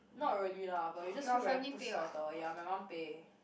not really lah but you just feel very 不舍得 ya my mum pay